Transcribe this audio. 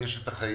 יש גם את החיים.